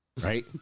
Right